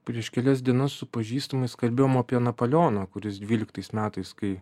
prieš kelias dienas su pažįstamais kalbėjom apie napoleoną kuris dvyliktais metais kai